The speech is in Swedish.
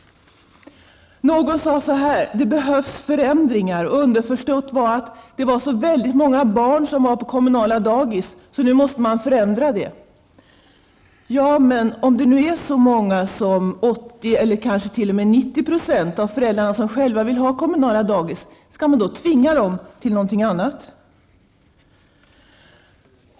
Någon sade så här: Det behövs förändringar. Underförstått var att det förhållandet att så väldigt många barn är på dagis att det måste förändras. Ja, men om det nu är så att så många som 80 eller kanske 90 % av föräldrarna själva vill anlita kommunala dagis, skall man då tvinga dem till någonting annat?